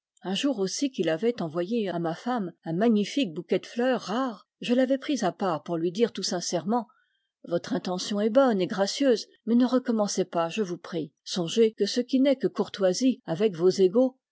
un jour aussi qu'il avait envoyé à ma femme un magnifique bouquet de fleurs rares je l'avais pris à part pour lui dire tout sincèrement votre intention est bonne et gracieuse mais ne recommencez pas je vous prie songez que ce qui n'est que courtoisie avec vos égaux